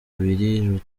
abiri